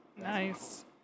Nice